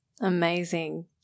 Amazing